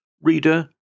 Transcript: Reader